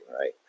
right